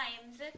times